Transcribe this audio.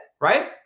Right